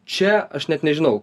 čia aš net nežinau